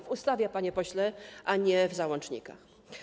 W ustawie, panie pośle, a nie w załącznikach.